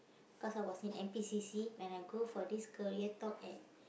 cause I was in N_P_C_C when I go for this career talk at